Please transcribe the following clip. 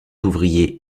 ouvrier